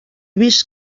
vist